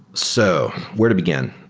so where to begin?